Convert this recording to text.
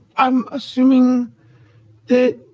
i'm assuming that